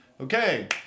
Okay